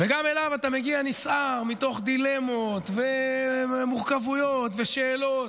וגם אליו אתה מגיע נסער מתוך דילמות ומורכבויות ושאלות.